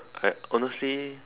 I honestly